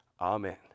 amen